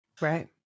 Right